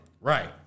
Right